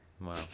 Wow